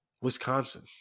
Wisconsin